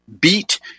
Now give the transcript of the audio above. beat